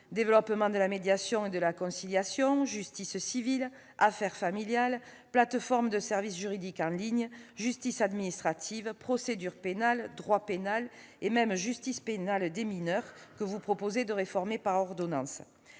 développement de la médiation et de la conciliation, justice civile, affaires familiales, plateformes de services juridiques en ligne, justice administrative, procédure pénale, droit pénal et même justice pénale des mineurs, que vous proposez de réformer par ordonnance.